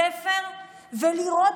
תלמידים צריכים להגיע לבית הספר ולראות